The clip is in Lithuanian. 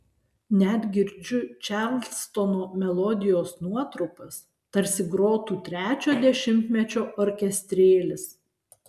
net girdžiu čarlstono melodijos nuotrupas tarsi grotų trečio dešimtmečio orkestrėlis